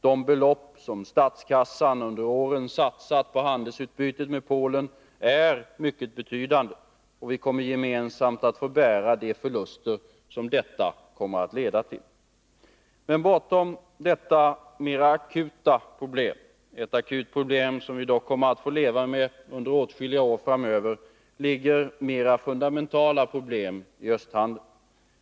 De belopp som statskassan under åren satsat i handelsutbytet med Polen är mycket betydande, och vi får gemensamt bära de förluster som detta kommer att leda till. Men bortom detta mer akuta problem, som vi dock kommer att få leva med under åtskilliga år framöver, ligger mera fundamentala problem i östhandeln.